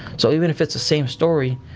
so, even if it's the same story,